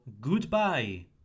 goodbye